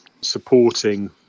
supporting